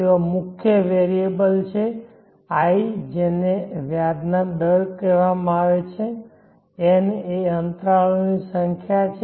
ત્યાં મુખ્ય વેરીએબલ છે i જેને વ્યાજના દર કહેવામાં આવે છે n એ અંતરાલોની સંખ્યા છે